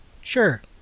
sure